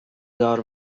دار